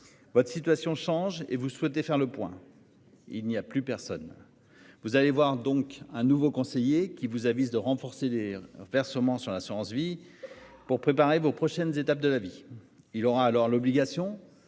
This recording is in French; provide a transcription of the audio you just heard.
Votre situation change et vous souhaitez faire le point. Il n'y a plus personne. Vous allez voir, donc un nouveau conseiller qui vous avise de renforcer les versements sur l'assurance-vie pour préparer vos prochaines étapes de la vie, il aura alors l'obligation